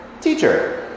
Teacher